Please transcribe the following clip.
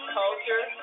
culture